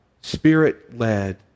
spirit-led